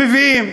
מביאים.